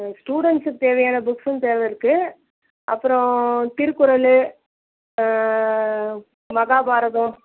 ஸ்டூடன்ஸ்ஸுக்கு தேவையான புக்ஸ்ஸும் தேவை இருக்குது அப்புறம் திருக்குறள் மகாபாரதம்